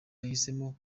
yahisemo